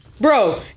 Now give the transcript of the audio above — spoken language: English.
Bro